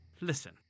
Listen